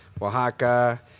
Oaxaca